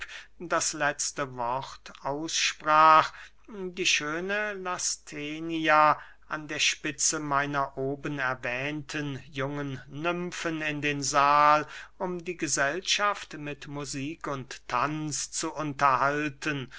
das letzte wort aussprach die schöne lasthenia an der spitze meiner oben erwähnten jungen nymfen in den sahl um die gesellschaft mit musik und tanz zu unterhalten